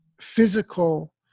physical